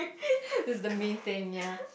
is the main thing ya